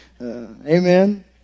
Amen